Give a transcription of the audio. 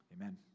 Amen